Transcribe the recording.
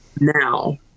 Now